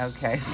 Okay